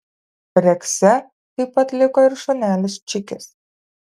rekse taip pat liko ir šunelis čikis